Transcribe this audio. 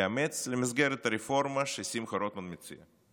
לאמץ למסגרת הרפורמה ששמחה רוטמן מציע.